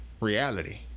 reality